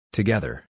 Together